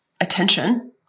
attention